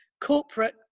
corporate